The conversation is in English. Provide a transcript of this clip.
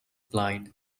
blind